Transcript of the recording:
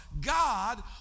God